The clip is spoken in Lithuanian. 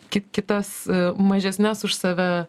ki kitas mažesnes už save